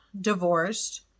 divorced